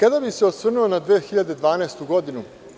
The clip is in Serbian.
Sada bih se osvrnuo na 2012. godinu.